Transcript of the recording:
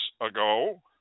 ago